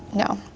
no.